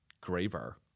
graver